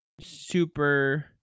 super